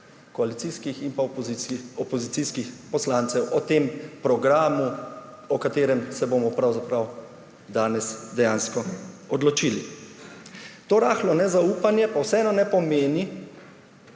koalicijskih in pa opozicijskih poslancev o tem programu, o katerem se bomo pravzaprav danes dejansko odločili. To rahlo nezaupanje pa vseeno ne pomeni,